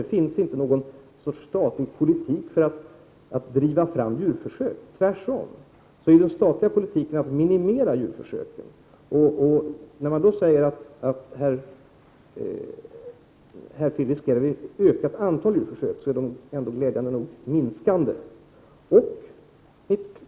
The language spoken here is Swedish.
Det finns inte någon statlig politik för att driva fram djurförsök, utan tvärtom innebär den statliga politiken att man skall minimera djurförsöken. Det sägs att antalet djurförsök riskerar att öka, men glädjande nog minskar det.